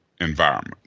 environment